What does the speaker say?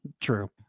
True